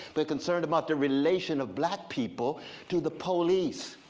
but concerned about the relation of black people to the police.